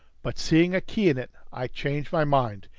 but, seeing a key in it, i changed my mind,